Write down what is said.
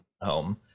home